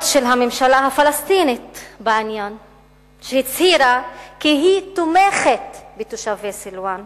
של הממשלה הפלסטינית כי היא תומכת בתושבי סילואן,